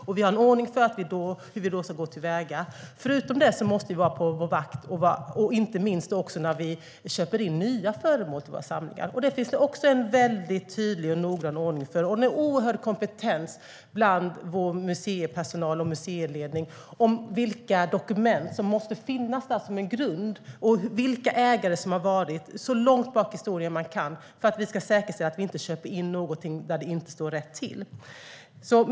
Vi har också en ordning för hur vi då ska gå till väga. Förutom det måste vi vara på vår vakt, inte minst när vi köper in nya föremål till våra samlingar. Detta finns det också en mycket tydlig och noggrann ordning för. Och det finns en stor kompetens hos vår museipersonal och våra museiledningar om vilka dokument som måste finnas där som en grund. Man måste ta reda på vilka ägare som har funnits så långt bak i historien som möjligt för att säkerställa att ingenting köps in där det inte står rätt till.